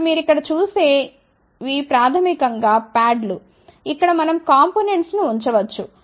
కాబట్టి ఇప్పుడు మీరు ఇక్కడ చూసే వి ప్రాథమికం గా ప్యాడ్లు ఇక్కడ మనం కాంపోనెంట్స్ ను ఉంచవచ్చు